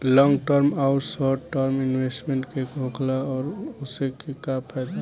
Long term आउर short term investment का होखेला और ओसे का फायदा बा?